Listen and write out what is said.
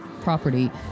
property